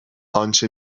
آنچه